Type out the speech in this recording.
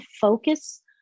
focus